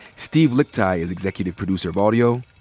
steve lickteig is executive producer of audio.